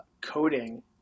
coding